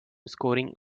scoring